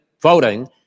voting